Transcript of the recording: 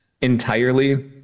entirely